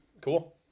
cool